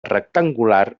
rectangular